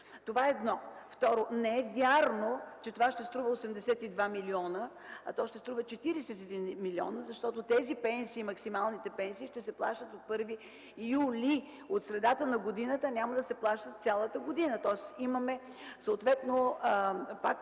Това – първо. Второ, не е вярно, че това ще струва 82 милиона, а то ще струва 41 милиона, защото тези пенсии – максималните, ще се плащат от 1 юли, от средата на годината, а няма да се плащат цялата година. Тоест ще имаме съответно пак